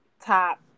top